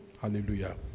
Hallelujah